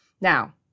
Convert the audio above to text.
Now